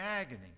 agony